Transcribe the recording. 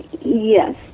Yes